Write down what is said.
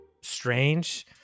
strange